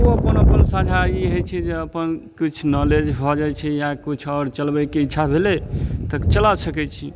ओ अपन अपन साझा ई होइ छै जे अपन किछु नॉलेज भऽ जाइ छै या किछु आओर चलबैके इच्छा भेलै तऽ चला सकैत छी